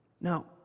Now